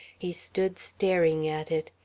he stood staring at it,